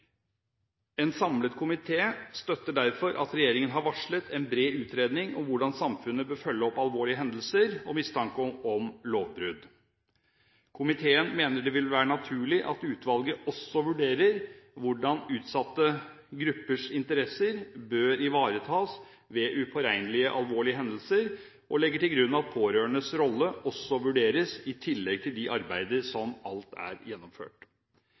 En samlet komité støtter derfor at regjeringen har varslet en bred utredning om hvordan samfunnet bør følge opp alvorlige hendelser og mistanke om lovbrudd. Komiteen mener det vil være naturlig at utvalget også vurderer hvordan utsatte gruppers interesser bør ivaretas ved upåregnelige alvorlige hendelser og legger til grunn at pårørendes rolle også vurderes i tillegg til de arbeider som alt er gjennomført.